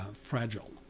fragile